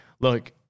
look